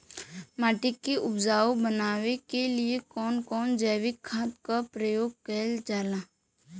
माटी के उपजाऊ बनाने के लिए कौन कौन जैविक खाद का प्रयोग करल जाला?